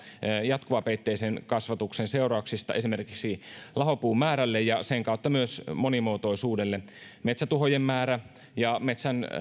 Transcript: jatkuvapeitteisen kasvatuksen seurauksista esimerkiksi lahopuun määrälle ja sen kautta myös monimuotoisuudelle metsätuhojen määrä ja metsän